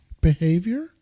behavior